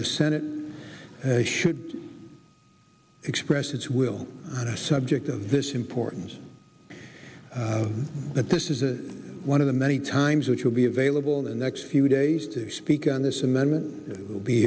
the senate should express its will on a subject of this importance that this is a one of the many times which will be available the next few days to speak on this amendment will be